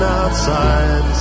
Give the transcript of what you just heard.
outside